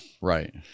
Right